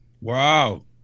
Wow